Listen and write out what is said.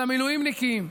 על המילואימניקים,